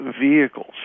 vehicles